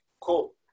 Cool